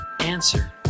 answer